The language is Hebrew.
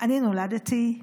אני נולדתי,